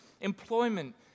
employment